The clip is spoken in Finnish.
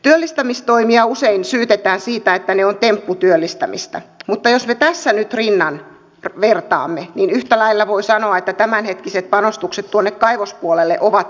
työllistämistoimia usein syytetään siitä että ne ovat tempputyöllistämistä mutta jos me tässä nyt rinnan vertaamme niin yhtä lailla voi sanoa että tämänhetkiset panostukset tuonne kaivospuolelle ovat tempputyöllistämistä